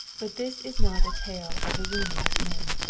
but this is not a tale of the wounding of men.